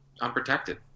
unprotected